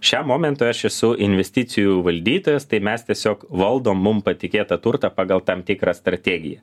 šiam momentui aš esu investicijų valdytojas tai mes tiesiog valdom mum patikėtą turtą pagal tam tikrą strategiją